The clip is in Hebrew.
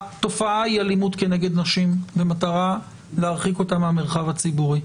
התופעה היא אלימות כנגד נשים במטרה להרחיק אותן מהמרחב הציבורי.